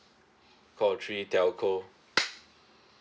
call three telco